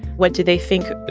what do they think